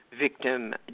victim